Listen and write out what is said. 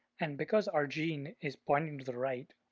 and because our gene is pointing to the right,